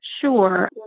Sure